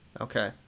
okay